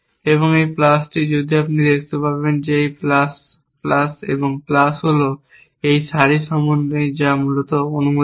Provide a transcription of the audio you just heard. এবং এটি প্লাস আপনি দেখতে পাবেন যে এই প্লাস প্লাস প্লাস হল একটি সারি সমন্বয় যা মূলত অনুমোদিত